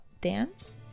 dance